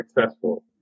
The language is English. successful